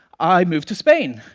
i moved to spain.